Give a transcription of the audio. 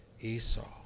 Esau